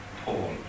Paul